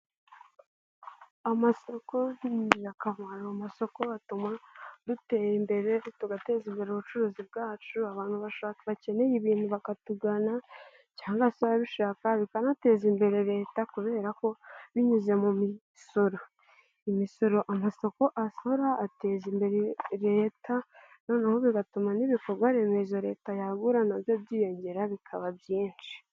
Amasoko ni ingirakamaro, mu masoko atuma dutera imbere, tugateza imbere ubucuruzi bwacu. Abantu bakeneye ibintu bakatugana cyangwa se ababishaka bikanateza imbere Leta kubera ko binyuze mu misoro. Imisoro amasoko asora ateza imbere Leta no neho bigatuma n'ibikorwaremezo Leta yagura na byo byiyongera bikaba byinshi.